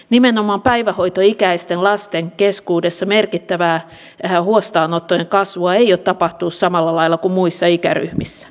nimenomaan päivähoitoikäisten lasten keskuudessa merkittävää huostaanottojen kasvua ei ole tapahtunut samalla lailla kuin muissa ikäryhmissä